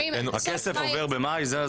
הכסף עובר במאי?